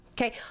okay